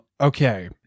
okay